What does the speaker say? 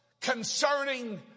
concerning